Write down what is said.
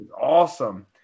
awesome